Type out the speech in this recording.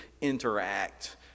interact